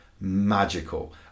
magical